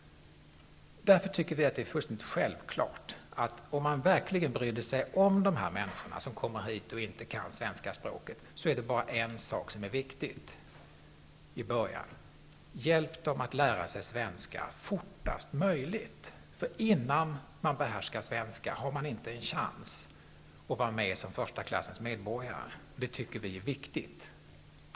Därför tycker vi att det är fullständigt självklart -- om man verkligen bryr sig om de människor som kommer hit och som inte kan svenska -- att i början hjälpa dem att lära sig svenska fortast möjligt. Innan man behärskar svenska har man inte en chans att vara med som första klassens medborgare. Det tycker vi är viktigt.